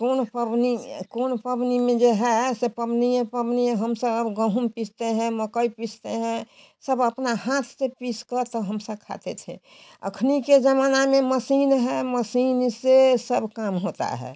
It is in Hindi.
कौन पवनी कौन पवनी मे जो है पवनी पवनी हम सब गेहूँ पिसतें हैं मकई पिसतें हैं सब अपना हाथ से पीस कर हमेशा खाते थे अखनी के ज़माना मे मसीन है मसीन से सब काम होता है